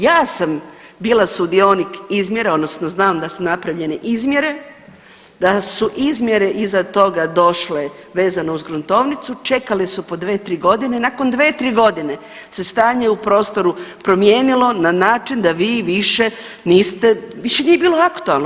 Ja sam bila sudionik izmjera odnosno znam da su napravljene izmjere, da su izmjere iza toga došle vezano uz gruntovnicu, čekale su po 2-3 godine, nakon 2-3 godine se stanje u prostoru promijenilo na način da vi više niste, više nije bilo aktualno.